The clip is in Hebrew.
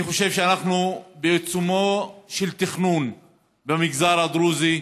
אני חושב שאנחנו בעיצומו של תכנון במגזר הדרוזי,